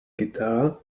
guitar